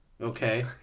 Okay